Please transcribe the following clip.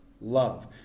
love